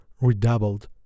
redoubled